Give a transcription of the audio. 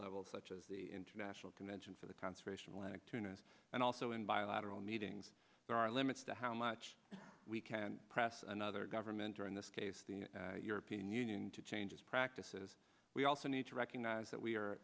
level such as the international convention for the conservation lack tuna and also in bilateral meetings there are limits to how much we can press another government or in this case the european union to change its practices we also need to recognise that we